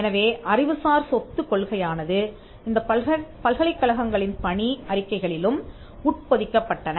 எனவே அறிவுசார் சொத்து கொள்கையானது இந்தப் பல்கலைக்கழகங்களின் பணி அறிக்கைகளிலும் உட்பொதிக்கப்பட்டன